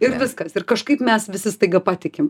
ir viskas ir kažkaip mes visi staiga patikim